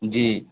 جی